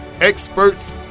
experts